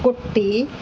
कूट्टी